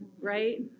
right